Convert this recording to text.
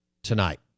Tonight